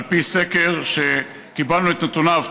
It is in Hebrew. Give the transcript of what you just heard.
על פי סקר שקיבלנו את נתוניו,